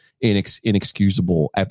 inexcusable